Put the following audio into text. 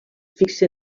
fixe